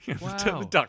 wow